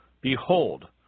Behold